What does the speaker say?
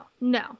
no